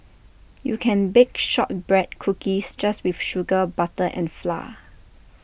you can bake Shortbread Cookies just with sugar butter and flour